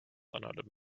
another